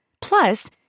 Plus